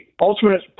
Ultimate